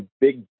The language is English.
big